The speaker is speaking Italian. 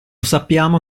sappiamo